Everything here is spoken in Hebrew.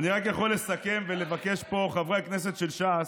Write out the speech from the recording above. אני רק יכול סכם ולבקש פה חברי הכנסת של ש"ס,